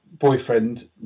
boyfriend